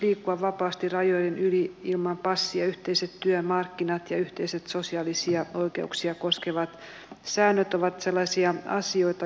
i dag är det enbart nationella system som sköter insamlingen av burkar och flaskor och betalar pant